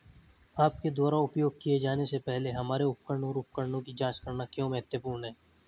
आपके द्वारा उपयोग किए जाने से पहले हमारे उपकरण और उपकरणों की जांच करना क्यों महत्वपूर्ण है?